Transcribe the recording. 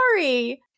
sorry